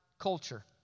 culture